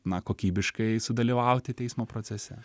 na kokybiškai sudalyvauti teismo procese